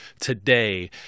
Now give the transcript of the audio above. today